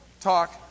talk